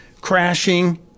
crashing